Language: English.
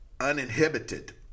uninhibited